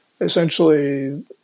essentially